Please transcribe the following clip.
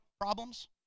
problems